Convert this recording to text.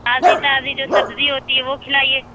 تازی تازی جو سبزی ہوتی ہے وہ کھلایئے